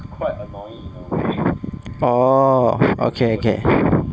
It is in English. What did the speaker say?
orh okay okay